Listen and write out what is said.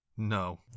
No